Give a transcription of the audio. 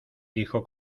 dijo